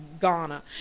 Ghana